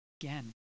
again